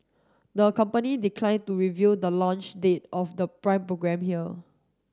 the company declined to reveal the launch date of the Prime programme here